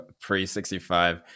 pre-65